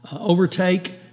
overtake